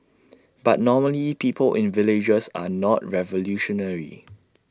but normally people in villages are not revolutionary